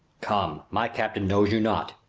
come, my captain knows you not.